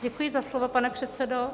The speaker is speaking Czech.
Děkuji za slovo, pane předsedo.